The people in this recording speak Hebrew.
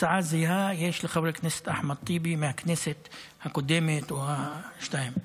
הצעה זהה יש לחבר הכנסת אחמד טיבי מהכנסת הקודמת או שתיים קודמות,